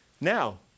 Now